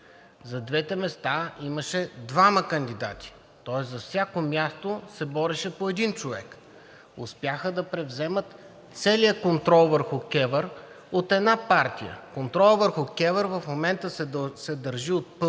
За двете места имаше двама кандидати, тоест за всяко място се бореше по един човек. Успяха да превземат целия контрол върху КЕВР от една партия. Контролът върху КЕВР в момента се държи от